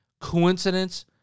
Coincidence